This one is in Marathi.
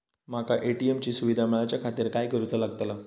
माका ए.टी.एम ची सुविधा मेलाच्याखातिर काय करूचा लागतला?